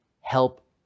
help